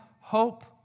hope